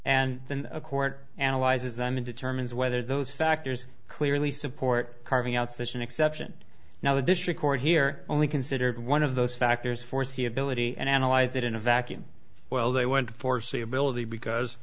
and then a court analyzes them and determines whether those factors clearly support carving out fish an exception now the district court here only considered one of those factors foreseeability and analyze it in a vacuum well they went foreseeability because